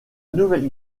nouvelle